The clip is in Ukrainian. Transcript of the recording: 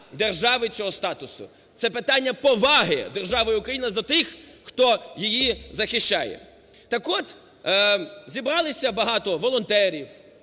державою цього статусу, це питання поваги державою Україна до тих, хто її захищає. Так от, зібралися багато волонтерів,